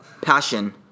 Passion